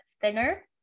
thinner